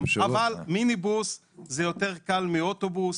מיניבוס זה יותר קל מאוטובוס,